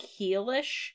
heelish